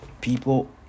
people